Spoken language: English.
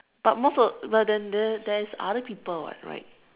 but most of the but then there there is other people [what] right